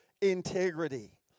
integrity